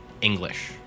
english